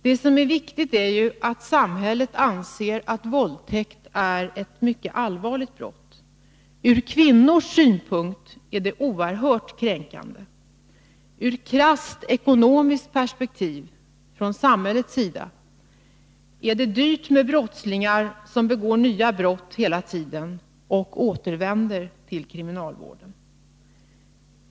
, Det som är viktigt är ju att samhället anser att våldtäkt är ett mycket allvarligt brott. Ur kvinnors synpunkt är det oerhört kränkande. Ur ett krasst ekonomiskt perspektiv är det från samhällets synpunkt dyrt med brottslingar som begår nya brott hela tiden och återvänder till kriminalvården.